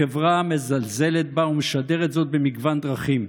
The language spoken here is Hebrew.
החברה מזלזלת בה ומשדרת זאת במגוון דרכים,